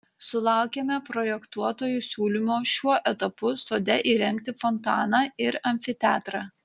sulaukėme projektuotojų siūlymo šiuo etapu sode įrengti fontaną ir amfiteatrą